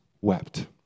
wept